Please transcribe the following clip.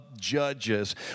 Judges